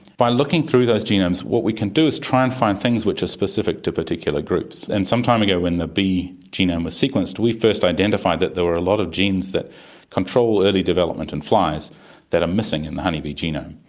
by looking through those genomes what we can do is try and find things which are specific to particular groups. and some time ago when the bee genome was sequenced we first identified that there were a lot of genes that control early development in flies that are missing in the honeybee genome.